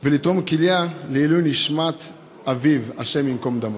ולתרום כליה לעילוי נשמת אביו, השם ייקום דמו.